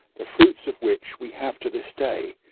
the fruits of which we have to this day,